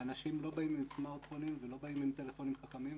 אנשים לא באים עם סמרטפונים ולא באים עם טלפונים חכמים,